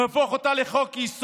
נהפוך אותה לחוק-יסוד,